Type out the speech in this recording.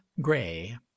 Gray